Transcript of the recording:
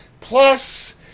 Plus